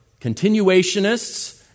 continuationists